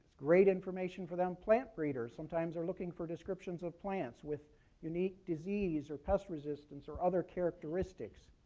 great information for them. plant breeders sometimes are looking for descriptions of plants with unique disease or pest resistance or other characteristics.